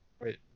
Wait